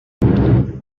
tothom